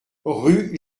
rue